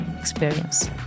experience